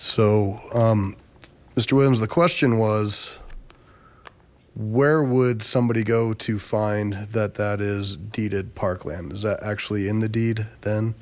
williams the question was where would somebody go to find that that is deeded parkland is that actually in the deed then